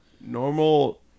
Normal